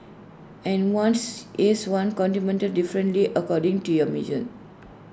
and one's is one's contentment differently according to your mission